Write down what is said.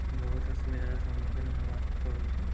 ବହୁତ ଅସୁବିଧାର ସମ୍ମୁଖୀନ ହେବାକୁ ପଡ଼ୁଛି